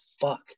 fuck